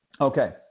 Okay